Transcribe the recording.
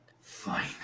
Fine